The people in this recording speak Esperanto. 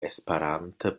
esperante